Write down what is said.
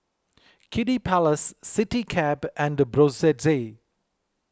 Kiddy Palace CityCab and Brotzeit